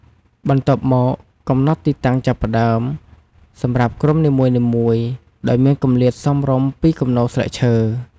បន្ទាប់មកកំណត់ ទីតាំងចាប់ផ្ដើម សម្រាប់ក្រុមនីមួយៗ ដោយមានគម្លាតសមរម្យពីគំនរស្លឹកឈើ។